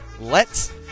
lets